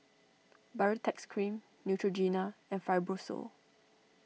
Baritex Cream Neutrogena and Fibrosol